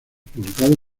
publicados